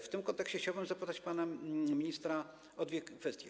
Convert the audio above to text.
W tym kontekście chciałbym zapytać pana ministra o dwie kwestie.